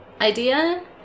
idea